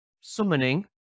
summoning